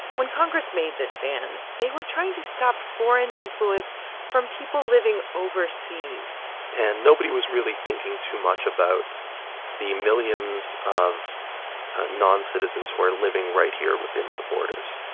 when congress made this ban, they were trying to stop foreign influence from people living overseas and nobody was really thinking too much about the millions of noncitizens who are living right here within the borders,